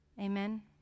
Amen